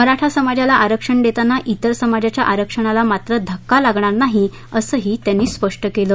मराठा समाजाला आरक्षण देताना विर समाजाच्या आरक्षणाला मात्र धक्का लागणार नाही असंही त्यांनी स्पष्ट केलं